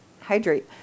hydrate